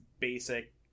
basic